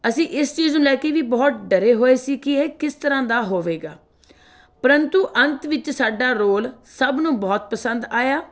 ਅਸੀ ਚੀਜ਼ ਨੂੰ ਲੈ ਕੇ ਵੀ ਬਹੁਤ ਡਰੇ ਹੋਏ ਸੀ ਕਿ ਇਹ ਕਿਸ ਤਰ੍ਹਾਂ ਦਾ ਹੋਵੇਗਾ ਪਰੰਤੂ ਅੰਤ ਵਿੱਚ ਸਾਡਾ ਰੋਲ ਸਭ ਨੂੰ ਬਹੁਤ ਪਸੰਦ ਆਇਆ